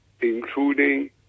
including